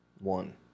one